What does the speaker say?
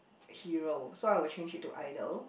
hero so I will change it to idol